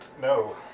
No